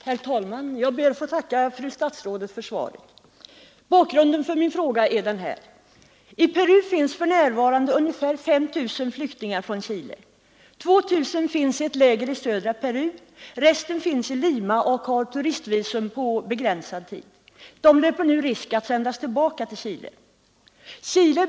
Herr talman! Jag ber att få tacka fru statsrådet för svaret. Bakgrunden till min fråga är följande: I Peru finns för närvarande ungefär 5 000 flyktingar från Chile. 2 000 finns i ett läger i södra Peru, resten finns i Lima och har turistvisum på begränsad tid. De löper nu risk att sändas tillbaka till Chile.